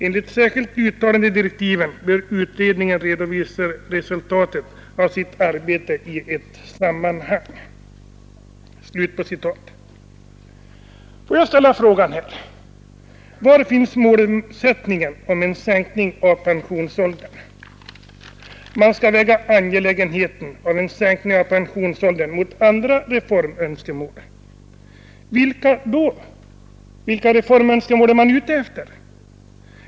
Enligt särskilt uttalande i direktiven bör utredningen redovisa resultatet av sitt arbete i ett sammanhang.” 3 Får jag ställa frågan: Var finns målsättningen om en sänkning av pensionsåldern? Man skall väga angelägenheten av en sänkning av pensionsåldern mot andra reformönskemål. Vilka reformönskemål är man ute efter?